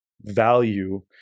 value